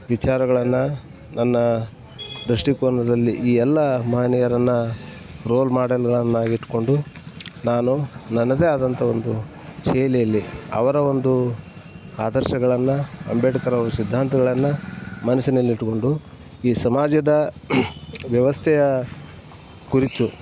ವಿಚಾರಗಳನ್ನು ನನ್ನ ದೃಷ್ಟಿಕೋನದಲ್ಲಿ ಈ ಎಲ್ಲ ಮಹನೀಯರನ್ನು ರೋಲ್ ಮಾಡಲ್ಗಳನ್ನಾಗಿಟ್ಟುಕೊಂಡು ನಾನು ನನ್ನದೇ ಆದಂಥ ಒಂದು ಶೈಲಿಯಲ್ಲಿ ಅವರ ಒಂದು ಆದರ್ಶಗಳನ್ನು ಅಂಬೇಡ್ಕರವ್ರ ಸಿದ್ಧಾಂತಗಳನ್ನು ಮನಸ್ಸಿನಲ್ಲಿಟ್ಟುಕೊಂಡು ಈ ಸಮಾಜದ ವ್ಯವಸ್ಥೆಯ ಕುರಿತು